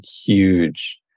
huge